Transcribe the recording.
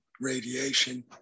radiation